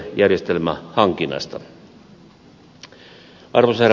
arvoisa herra puhemies